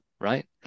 right